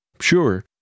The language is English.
Sure